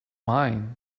mine